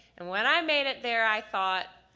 and when i made it there, i thought,